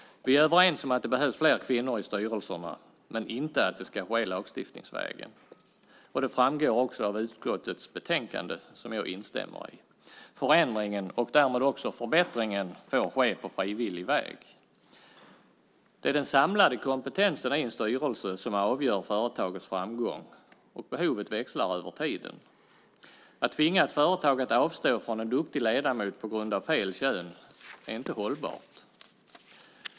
Vi är överens om att det behövs fler kvinnor i styrelserna, men inte om att det ska ske lagstiftningsvägen, och det framgår också av utskottets betänkande, som jag instämmer i. Förändringen, och därmed också förbättringen, får ske på frivillig väg. Det är den samlade kompetensen i en styrelse som avgör företagets framgång, och behovet växlar över tiden. Att tvinga ett företag att avstå från en duktig ledamot på grund av fel kön är inte hållbart.